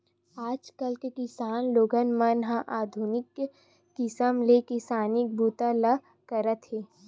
आजकाल के किसान लोगन मन ह आधुनिक किसम ले किसानी बूता ल करत हे